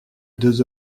deux